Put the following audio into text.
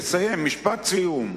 אני מבקש לסיים, משפט סיום.